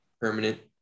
permanent